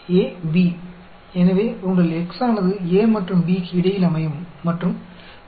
तो हमारे पास हमेशा A 0 और B 1 के रूप में हो सकता है इसलिए x 0 और 1 के बीच हो सकता है